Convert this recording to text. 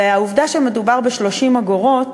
והעובדה שמדובר ב-30 אגורות,